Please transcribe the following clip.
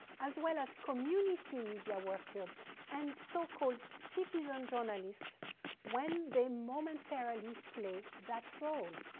as well as community media workers and so-called citizen journalists when they momentarily play that role.